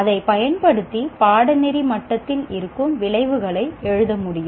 அதைப் பயன்படுத்தி பாடநெறி மட்டத்தில் இருக்கும் விளைவுகளை எழுத முடியும்